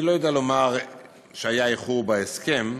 אני לא יודע לומר שהיה איחור בהסכם.